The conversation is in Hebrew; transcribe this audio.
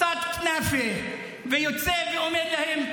קצת כנאפה, ויוצא ואומר להם: